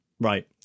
Right